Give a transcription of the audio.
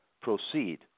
proceed